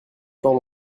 temps